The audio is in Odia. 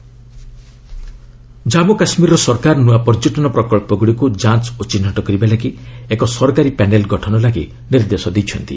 ଜେକେ ପ୍ୟାନେଲ ଟୁରିକିମ୍ ଜାଞ୍ଜୁ କାଶ୍ମୀର ସରକାର ନୂଆ ପର୍ଯ୍ୟଟନ ପ୍ରକଳ୍ପଗୁଡ଼ିକୁ ଯାଞ୍ଚ ଓ ଚିହ୍ନଟ କରିବାଲାଗି ଏକ ସରକାରୀ ପ୍ୟାନେଲ ଗଠନ ଲାଗି ନିର୍ଦ୍ଦେଶ ଦେଇଛନ୍ତି